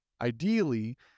ideally